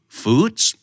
foods